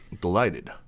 Delighted